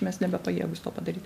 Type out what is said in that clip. mes nebepajėgūs to padaryt